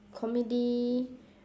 comedy